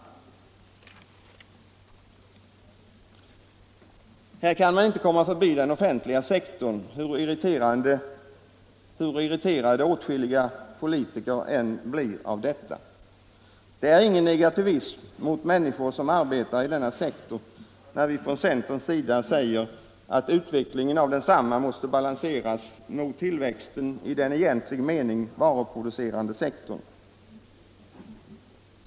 Här kan man heller inte komma förbi den offentliga sektorn, hur irriterade åtskilliga politiker än blir av detta. Det är ingen negativism gentemot människor som arbetar i denna sektor, när vi från centerns sida säger att utvecklingen av den offentliga sektorn måste balanseras mot tillväxten av den i egentlig mening varuproducerande sektorn.